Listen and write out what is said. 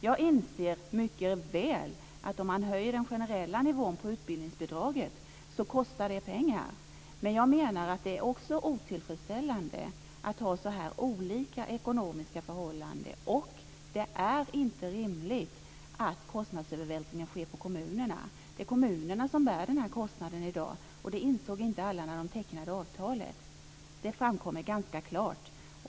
Jag inser mycket väl att det kostar pengar om man höjer den generella nivån på utbildningsbidraget. Men jag menar att det är otillfredsställande att de ekonomiska förhållandena är så olika. Det är inte rimligt att kostnadsövervältringen sker på kommunerna. Det är kommunerna som bär denna kostnad i dag, och det insåg inte alla när de tecknade avtalet. Det framkommer ganska klart.